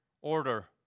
order